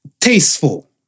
Tasteful